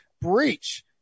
Breach